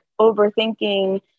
overthinking